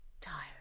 tired